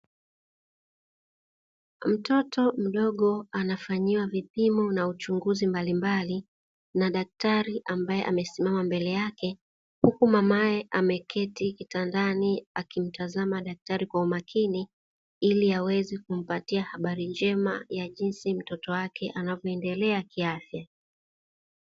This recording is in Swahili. Mtoto mdogo anafanyiwa vipimo na uchunguzi mbalimbali na daktari ambaye amesimama mbele yake, huku mamaye ameketi kitandani akimtazama daktari kwa umakini ili aweze kumpatia habari njema ya jinsi mtoto wake anavyoendelea kiafya.